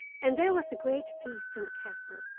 and there was a great feast in the castle,